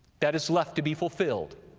that is left to be fulfilled.